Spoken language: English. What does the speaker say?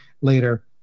later